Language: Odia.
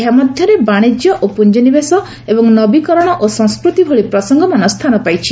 ଏହାମଧ୍ୟରେ ବାଣିଜ୍ୟ ଓ ପୁଞ୍ଜିନିବେଶ ଏବଂ ନବୀକରଣ ଓ ସଂସ୍କୃତି ଭଳି ପ୍ରସଙ୍ଗମାନ ସ୍ଥାନ ପାଇଛି